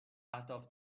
اهداف